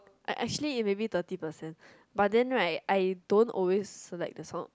act~ actually it maybe thirty percent but then right I don't always select the song